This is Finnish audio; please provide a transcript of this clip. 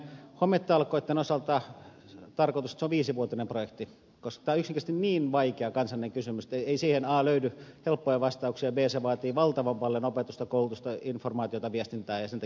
hometalkoitten osalta on tarkoitus että se on viisivuotinen projekti koska tämä on yksinkertaisesti niin vaikea kansallinen kysymys että a siihen ei löydy helppoja vastauksia b se vaatii valtavan paljon opetusta koulutusta informaatiota viestintää ja sen takia se on pitkä harjoitus